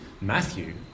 Matthew